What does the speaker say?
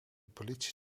politie